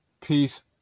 peace